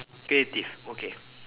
creative okay